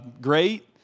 great